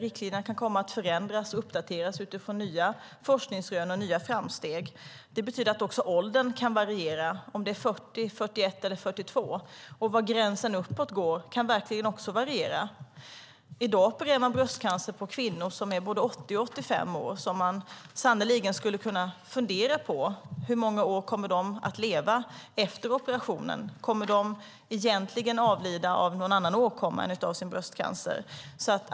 Riktlinjerna kan komma att förändras och uppdateras utifrån nya forskningsrön och framsteg. Det betyder att också åldern kan variera, om det är från 40, 41 eller 42 år. Var gränsen uppåt går kan också variera. I dag opererar man bröstcancer på kvinnor som är både 80 och 85 år. Man skulle sannerligen kunna fundera på: Hur många år kommer de att leva efter operationen? Kommer de egentligen avlida av någon annan åkomma än av sin bröstcancer?